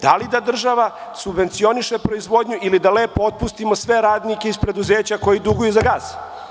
Da li da država subvencioniše proizvodnju ili da lepo otpustimo sve radnike iz preduzeća koja duguju za gas?